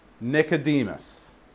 Nicodemus